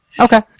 Okay